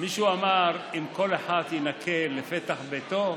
מישהו אמר: אם כל אחד ינקה לפתח ביתו,